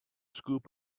scoop